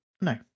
no